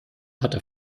hatte